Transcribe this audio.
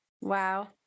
Wow